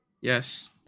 Yes